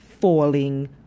falling